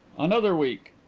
another week.